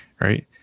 right